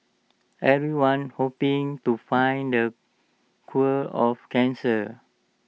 everyone's hoping to find the cool of cancer